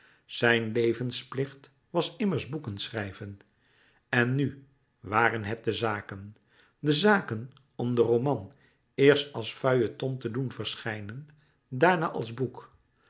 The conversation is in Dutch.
zijn levensplicht was immers boeken schrijven en nu waren het de zaken de zaken om den roman eerst als feuilleton te doen verschijnen daarna als boek